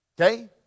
Okay